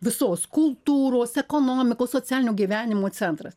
visos kultūros ekonomikos socialinio gyvenimo centras